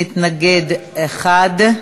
אוקיי.